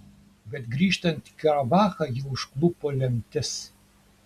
bet grįžtant į karabachą jį užklupo lemtis